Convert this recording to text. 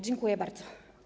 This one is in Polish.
Dziękuję bardzo.